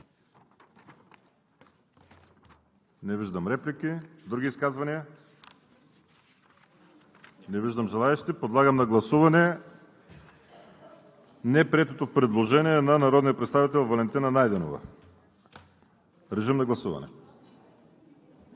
Не виждам реплики. Други изказвания? Не виждам желаещи. Подлагам на гласуване неприетото предложение на народния представител Валентина Найденова. Гласували